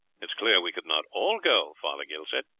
it is clear we could not all go, fothergill said,